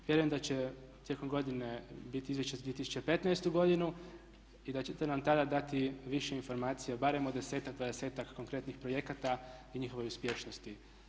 Vjerujem da će tijekom godine biti izvješće za 2015. godinu i da ćete nam tada dati više informacija barem od desetak, dvadesetak konkretnih projekata i njihovoj uspješnosti.